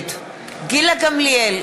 נגד גילה גמליאל,